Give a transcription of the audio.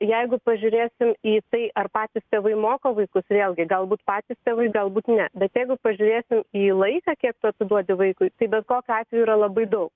jeigu pažiūrėsim į tai ar patys tėvai moko vaikus vėlgi galbūt patys tėvai galbūt ne bet jeigu pažiūrėsim į laiką kiek tu atiduodi vaikui tai bet kokiu atveju yra labai daug